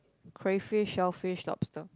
crayfish shellfish lobster